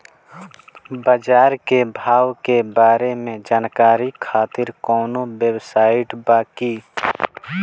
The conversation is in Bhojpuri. बाजार के भाव के बारे में जानकारी खातिर कवनो वेबसाइट बा की?